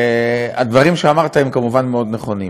הדברים שאמרת הם כמובן מאוד נכונים.